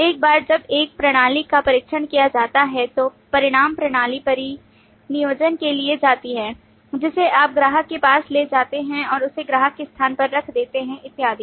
एक बार जब एक प्रणाली का परीक्षण किया जाता है तो परिणामी प्रणाली परिनियोजन के लिए जाती है जिसे आप ग्राहक के पास ले जाते हैं और उसे ग्राहक के स्थान पर रख देते हैं इत्यादि